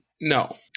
No